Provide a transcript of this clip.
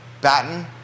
Batten